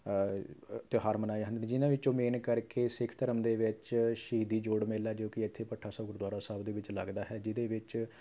ਤਿਉਹਾਰ ਮਨਾਏ ਜਾਂਦੇ ਹਨ ਜਿਹਨਾਂ ਵਿੱਚੋਂ ਮੇਨ ਕਰਕੇ ਸਿੱਖ ਧਰਮ ਦੇ ਵਿੱਚ ਸ਼ਹੀਦੀ ਜੋੜ ਮੇਲਾ ਜੋ ਕਿ ਇੱਥੇ ਭੱਠਾ ਸਾਹਿਬ ਗੁਰਦੁਆਰਾ ਸਾਹਿਬ ਦੇ ਵਿੱਚ ਲੱਗਦਾ ਹੈ ਜਿਹਦੇ ਵਿੱਚ